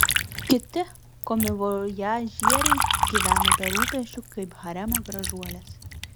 kiti komivojažieriai gyvena be rūpesčių kaip haremo gražuolės